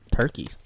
Turkeys